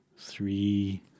Three